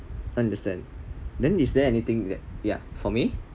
understand then is there anything that ya for me